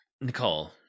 Nicole